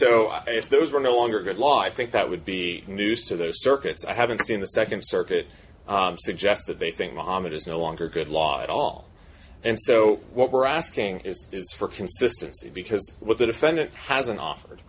so if those were no longer good law i think that would be news to those circuits i haven't seen the second circuit suggest that they think mohammad is no longer good law at all and so what we're asking is is for consistency because what the defendant hasn't offered